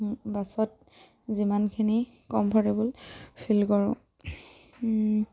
বাছত যিমানখিনি comfortable feel কৰোঁ